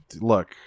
look